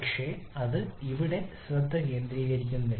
പക്ഷെ അത് ഇവിടെ ശ്രദ്ധ കേന്ദ്രീകരിക്കുന്നില്ല